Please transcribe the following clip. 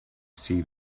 see